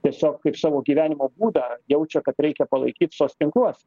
tiesiog kaip savo gyvenimo būdą jaučia kad reikia palaikyt soc tinkluose